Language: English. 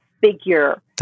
figure